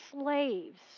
slaves